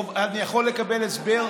אני יכול לקבל הסבר?